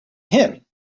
him